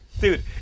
Dude